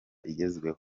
igezweho